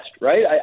right